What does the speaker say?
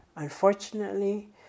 Unfortunately